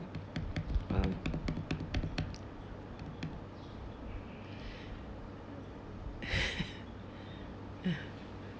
uh